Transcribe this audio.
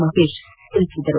ಮಹೇಶ್ ತಿಳಿಸಿದರು